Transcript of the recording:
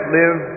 live